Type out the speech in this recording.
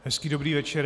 Hezký dobrý večer.